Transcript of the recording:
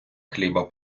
хліба